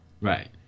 Right